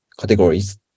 categories